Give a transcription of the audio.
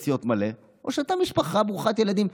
החזר נסיעות מלא או שאתה משפחה ברוכת ילדים.